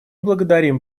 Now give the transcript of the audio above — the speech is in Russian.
благодарим